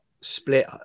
split